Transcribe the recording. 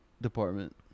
Department